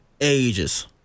ages